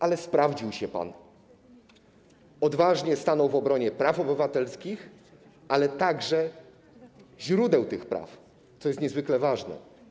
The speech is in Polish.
Ale sprawdził się pan, odważnie stanął w obronie praw obywatelskich, ale także źródeł tych praw, co jest niezwykle ważne.